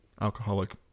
Alcoholic